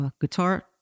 guitar